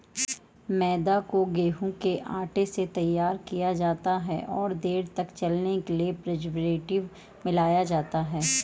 मैदा को गेंहूँ के आटे से तैयार किया जाता है और देर तक चलने के लिए प्रीजर्वेटिव मिलाया जाता है